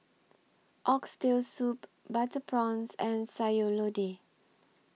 Oxtail Soup Butter Prawns and Sayur Lodeh